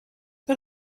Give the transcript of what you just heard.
but